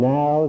Now